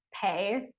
pay